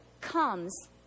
comes